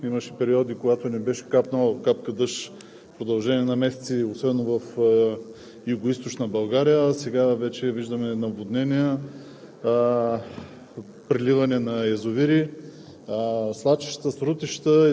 такива извънредни ситуации, които се породиха и тези дни. Имаше периоди, когато не беше капнала капка дъжд в продължение на месеци – особено в Югоизточна България, а сега виждаме наводнения,